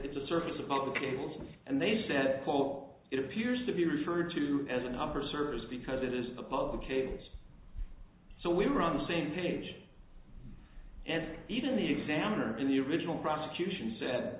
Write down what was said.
the surface of the cables and they said call it appears to be referred to as an upper servers because it is above the case so we were on the same page and even the examiner in the original prosecution sa